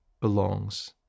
belongs